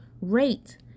rate